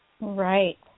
Right